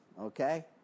okay